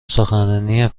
سخنرانی